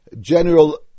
general